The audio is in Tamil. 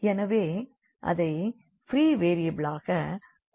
எனவே அதை ப்ரீ வேரியபிளாக குறித்துக்கொள்ளுங்கள்